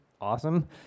awesome